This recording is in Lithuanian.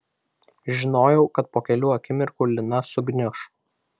žinojau kad po kelių akimirkų lina sugniuš